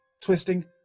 Twisting